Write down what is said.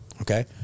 okay